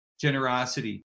generosity